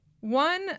One